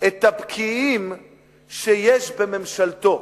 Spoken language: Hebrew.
את הבקיעים שיש בממשלתו,